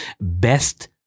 best